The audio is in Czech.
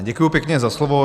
Děkuji pěkně za slovo.